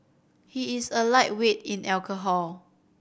he is a lightweight in alcohol